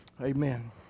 Amen